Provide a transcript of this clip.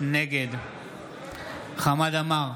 נגד חמד עמאר,